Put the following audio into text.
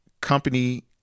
company